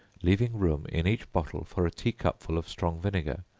leaving room in each bottle for a tea-cupful of strong vinegar,